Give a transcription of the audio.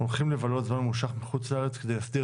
הולכים לבלות בילוי ממושך בחו"ל כדי להסדיר